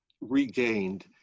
regained